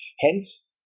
Hence